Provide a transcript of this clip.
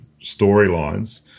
storylines